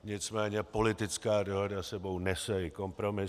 Nicméně politická dohoda s sebou nese i kompromisy.